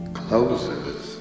closes